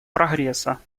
прогресса